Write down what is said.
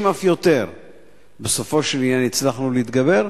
אף יותר בסופו של עניין הצלחנו להתגבר.